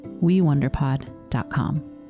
wewonderpod.com